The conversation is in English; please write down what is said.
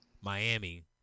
Miami